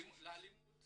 לאלימות